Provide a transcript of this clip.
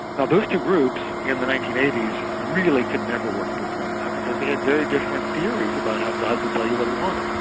now those two groups in the nineteen eighty s really could never work with one another, because they had very theories about how god would tell you what he wanted.